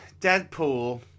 deadpool